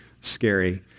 scary